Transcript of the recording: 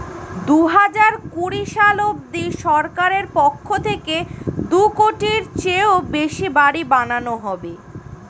দুহাজার কুড়ি সাল অবধি সরকারের পক্ষ থেকে দুই কোটির চেয়েও বেশি বাড়ি বানানো হবে